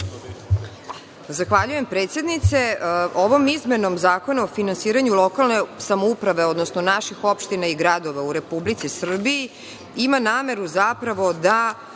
Zahvaljujem, predsednice. Ova izmena Zakona o finansiranju lokalne samouprave, odnosno naših opština i gradova u Republici Srbiji, ima nameru zapravo da